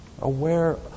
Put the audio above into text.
aware